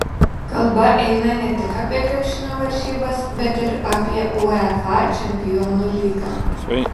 kalba eina ne tik apie krepšinio varžybas bet ir apie uefa čempionų lygą